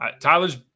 Tyler's